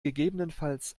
gegebenenfalls